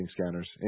scanners